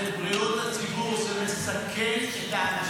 טלי, זה בריאות הציבור, זה מסכן את האנשים.